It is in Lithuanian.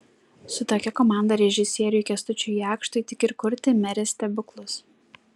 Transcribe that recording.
su tokia komanda režisieriui kęstučiui jakštui tik ir kurti merės stebuklus